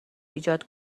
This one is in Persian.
ایجاد